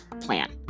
plan